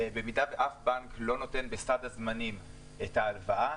במידה שאף בנק לא נותן בסד הזמנים את ההלוואה,